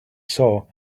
saw